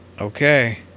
Okay